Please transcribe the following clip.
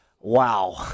wow